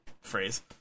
phrase